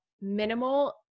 minimal